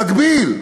במקביל,